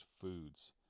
foods